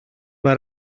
mae